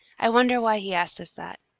i wonder why he asked us that.